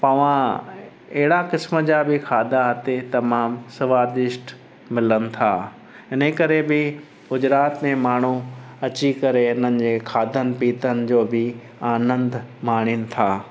पवा अहिड़ा क़िस्म जा बि खाधा हिते तमामु स्वादिष्ट मिलनि था इन करे बि गुजरात में माण्हू अची करे हिननि जे खाधनि पीतनि जो बि आनंदु माणियुनि था